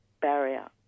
barrier